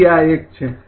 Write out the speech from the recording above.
તેથી આ એક છે